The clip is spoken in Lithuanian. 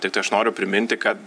tiktai aš noriu priminti kad